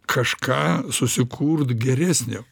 kažką susikurt geresnio